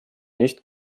nicht